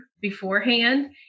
beforehand